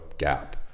gap